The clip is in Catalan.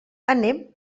anem